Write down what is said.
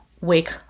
wake